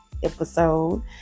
episode